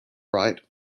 right